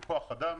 זה כוח-אדם,